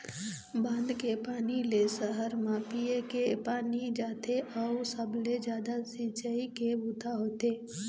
बांध के पानी ले सहर म पीए के पानी जाथे अउ सबले जादा सिंचई के बूता होथे